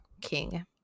King